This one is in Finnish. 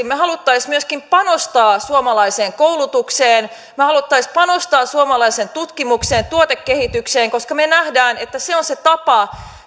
me haluaisimme myöskin panostaa suomalaiseen koulutukseen me haluaisimme panostaa suomalaiseen tutkimukseen tuotekehitykseen koska me näemme että se on se tapa